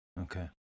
Okay